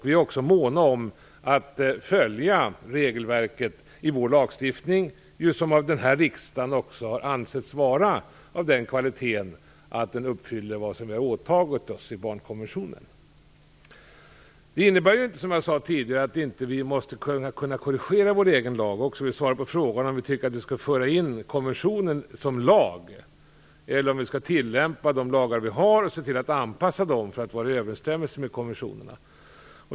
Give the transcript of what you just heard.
Vi är också måna om att följa regelverket i vår lagstiftning, som ju av den här riksdagen också har ansetts vara av den kvaliteten att den uppfyller det som vi åtagit oss genom barnkonventionen. Det innebär inte att vi inte skulle kunna korrigera vår egen lag eller svara på frågor om vi skall föra in konventionen som lag eller om vi skall tillämpa de lagar vi har och se till att anpassa dem så att de överensstämmer med konventionen.